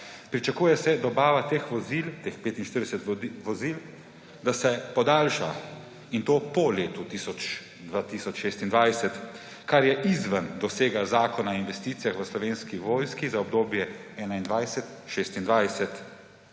Pričakuje se, da se dobava teh 45 vozil podaljša, in to po letu 2026, kar je izven dosega zakona o investicijah v Slovenski vojski za obdobje 2021–2026.